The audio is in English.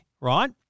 right